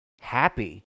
happy